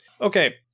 Okay